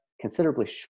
considerably